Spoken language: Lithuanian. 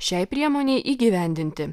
šiai priemonei įgyvendinti